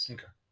Okay